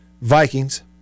Vikings